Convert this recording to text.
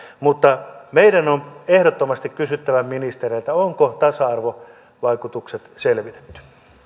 mutta meidän on ehdottomasti kysyttävä ministereiltä onko tasa arvovaikutukset selvitetty